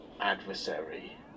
adversary